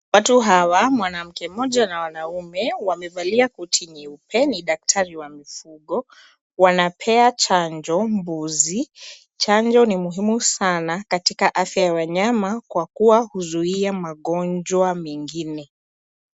Watu hawa mwanamke mmoja na wanaume wame valia koti nyeupe, ni daktari wa mifugo, wanapea chanjo mbuzi. Chanjo ni muhimu sana katika afya ya wanyama kwa kuwa huzuia magonjwa mengine.